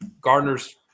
Gardner's